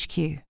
HQ